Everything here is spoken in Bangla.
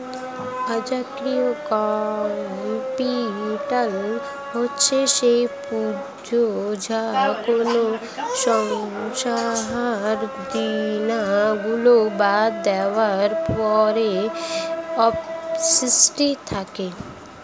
ওয়ার্কিং ক্যাপিটাল হচ্ছে সেই পুঁজি যা কোনো সংস্থার দেনা গুলো বাদ দেওয়ার পরে অবশিষ্ট থাকে